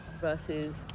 versus